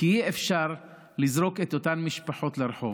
כי אי-אפשר לזרוק את אותן משפחות לרחוב.